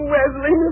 Wesley